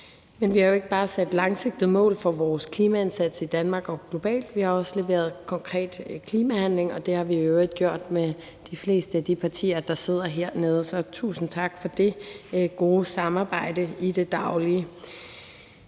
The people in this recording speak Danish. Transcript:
Men vi har jo ikke bare sat langsigtede mål for vores klimaindsats i Danmark og globalt. Vi har også leveret konkret klimahandling, og det har vi i øvrigt gjort med de fleste af de partier, der sidder hernede, så tusind tak for det gode samarbejde i det daglige.